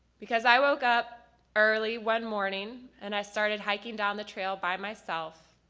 because i woke up early one morning and i started hiking down the trail by myself